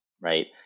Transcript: right